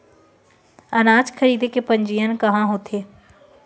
अनाज खरीदे के पंजीयन कहां होथे?